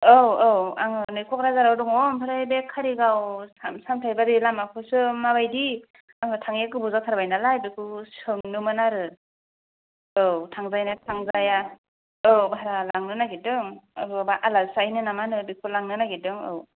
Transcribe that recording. आव आव आंगो नै क'क्राझारआव दङ आमफ्राय बि कारिगांव सामथाइबारि लामाझौसो मा बायदि आङो थांयिआ गोबाव जाथारबाय नालाय बेखौ सोंनोमोन आरो आव थांजायो ना थांजाया आव भारा लांनो नागिरदों आरो एबा आलासि जाहैनो नामा नै बेखौ लांनो नागिरदों